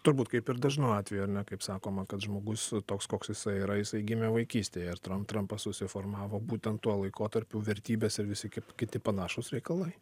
turbūt kaip ir dažnu atveju ar ne kaip sakoma kad žmogus toks koks jisai yra jisai gimė vaikystėje ir tram trampas susiformavo būtent tuo laikotarpiu vertybes ir visi kaip kiti panašūs reikalai